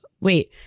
wait